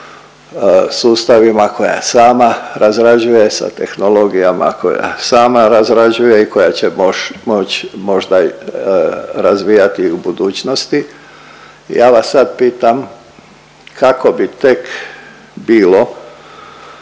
sustavima koje sama razrađuje, sa tehnologijama koje sama razrađuje i koja će moć možda razvijati i u budućnosti. Ja vas sad pitam kako bi tek bilo